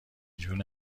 جون